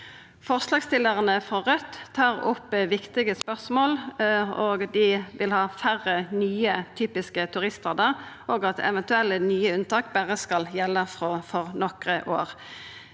Forslagsstillarane frå Raudt tar opp viktige spørsmål. Dei vil ha færre nye typiske turiststadar og at eventuelle nye unntak berre skal gjelda for nokre år.